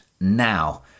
now